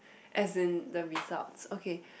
as in the results okay